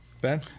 Ben